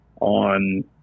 on